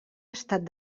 estat